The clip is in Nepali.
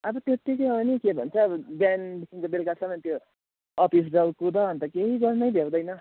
अब त्यतिकै हो नि के भन्छ अब बिहानदेखिको बेलुकासम्म त्यो अफिस जाऊ कुद अन्त केही गर्नै भ्याउँदैन